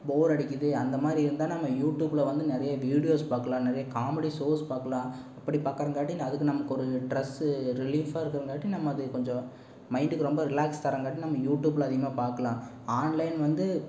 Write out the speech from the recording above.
போர் அடிக்கிது அந்த மாதிரி இருந்தால் நம்ம யூடியூபில் வந்து நிறைய வீடியோஸ் பார்க்கலாம் நிறைய காமெடிஸ் ஷோஸ் பார்க்கலாம் அப்படி பார்க்கறாங்காட்டி அதுக்கு நமக்கு ஒரு ஸ்ட்ரெஸ்சு ரிலீஃப்பாக இருக்குங்காட்டி நம்ம அது கொஞ்சம் மைண்ட்டுக்கு ரொம்ப ரிலாக்ஸ் தரங்காட்டி நம்ம யூடியூபில் அதிகமாக பார்க்கலாம் ஆன்லைன் வந்து